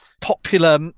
popular